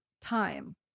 time